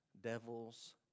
devils